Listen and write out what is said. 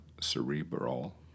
cerebral